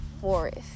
forest